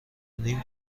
نیم